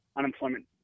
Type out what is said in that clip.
unemployment